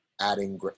adding